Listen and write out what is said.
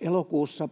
Elokuussa